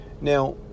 Now